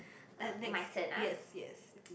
uh next yes yes